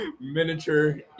Miniature